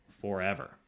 forever